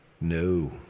No